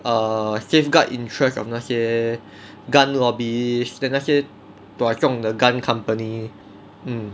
err safeguard interest of 那些 gun lobbyist 那些 dua zhong 的 gun company mm